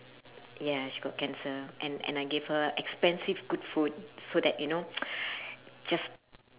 ya she got cancer and and I gave her expensive good food so that you know just